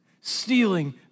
stealing